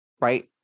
right